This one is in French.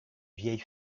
vieille